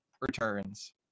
returns